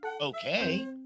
okay